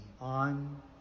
On